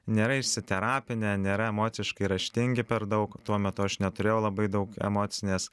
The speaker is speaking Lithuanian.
nėra išsiterapinę nėra emociškai raštingi per daug tuo metu aš neturėjau labai daug emocinės